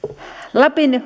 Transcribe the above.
lapin